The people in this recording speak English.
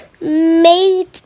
made